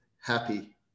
happy